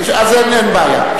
אז אין בעיה.